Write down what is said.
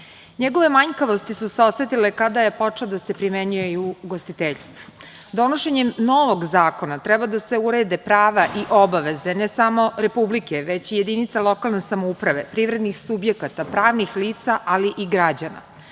Njegove manjkavosti su se osetile kada je počeo da se primenjuje i u ugostiteljstvu. Donošenjem novog zakona treba da se urede prava i obaveze, ne samo Republike, već i jedinica lokalne samouprave, privrednih subjekata, pravnih lica, ali i građana.